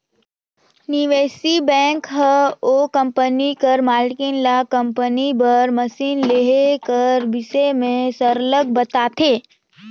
निवेस बेंक हर ओ कंपनी कर मालिक ल कंपनी बर मसीन लेहे कर बिसे में सरलग बताथे